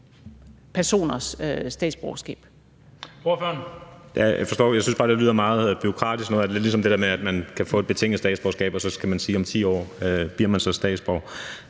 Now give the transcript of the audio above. personers statsborgerskab.